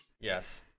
yes